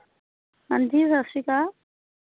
ਹਾਂਜੀ ਸਤਿ ਸ਼੍ਰੀ ਅਕਾਲ